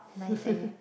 nice eh